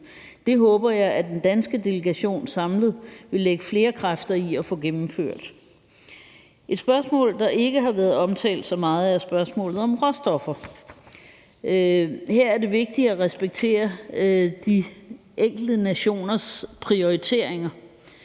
Det håber jeg at den danske delegation samlet vil lægge flere kræfter i at få gennemført. Et spørgsmål, der ikke har været omtalt så meget, er spørgsmålet om råstoffer. Her er det vigtigt at respektere de enkelte nationers prioriteringer.